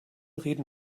reden